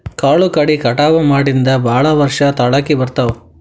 ಕಾಳು ಕಡಿ ಕಟಾವ ಮಾಡಿಂದ ಭಾಳ ವರ್ಷ ತಾಳಕಿ ಬರ್ತಾವ